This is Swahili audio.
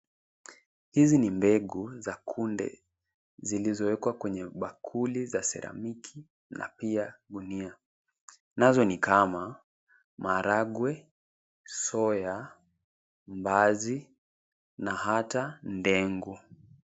Hizi ni mbegu za kunde zilizowekwa kwenye bakuli za seramiki na pia gunia. Nazo nikama maharagwe, soya , mbaazi na hata ndengu .